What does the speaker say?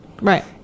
Right